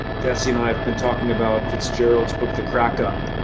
jesse and i have been talking about fitzgerald's book, the crack-up.